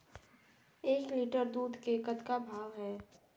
एक लिटर दूध के कतका भाव हे?